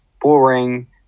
boring